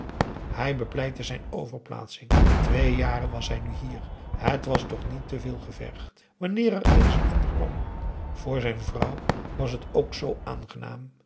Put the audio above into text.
hij bepleitte zijn overplaatsing twee jaren was hij nu hier het was toch niet te veel gevergd wanneer er eens n ander kwam voor zijn vrouw was het ook zoo aangenaam